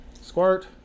Squirt